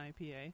IPA